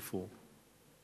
איפה הוא?